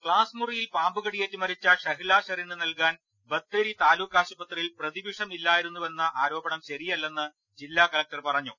ക്ലാസ്മുറിയിൽ പാമ്പുകടിയേറ്റ് മരിച്ച ഷഹ്ല ഷെറിന് നൽകാൻ ബത്തേരി താലൂക്കാശുപത്രിയിൽ പ്രതിവിഷം ഇല്ലായിരുന്നുവെന്ന ആരോപണം ശരിയല്ലെന്ന് ജില്ലാകലക്ടർ പറഞ്ഞു